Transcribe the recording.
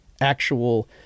actual